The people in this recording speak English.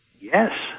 Yes